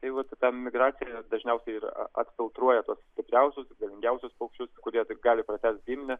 tai vat ta migraciją dažniausiai ir atfiltruoja tuos stipriausius galingiausius paukščius kurie taip gali pratęst giminę